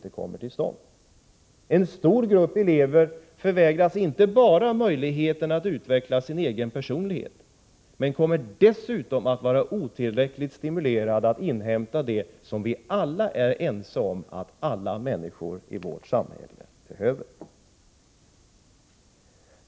En stor grupp elever förvägras inte bara möjligheten att utveckla sin egen personlighet, utan kommer dessutom att vara otillräckligt stimulerade att inhämta det som vi alla är ense om att alla människor i vårt samhälle behöver.